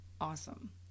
awesome